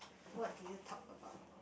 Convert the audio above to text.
what did you talk about